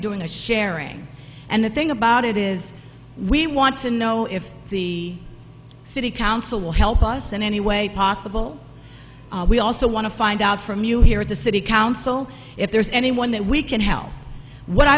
be doing the sharing and the thing about it is we want to know if the city council will help us in any way possible we also want to find out from you here at the city council if there's anyone that we can help what